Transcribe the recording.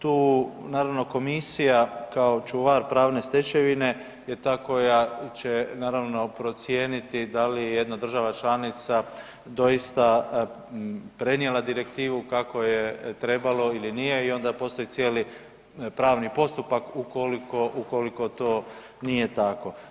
Tu naravno komisija kao čuvar pravne stečevine je ta koja će naravno procijeniti da li je jedna država članica doista prenijela direktivu kako je trebalo ili nije i onda postoji cijeli pravni postupak ukoliko, ukoliko to nije tako.